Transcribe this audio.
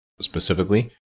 specifically